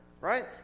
right